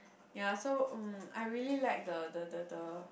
ya so mm I really like the the the the